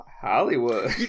Hollywood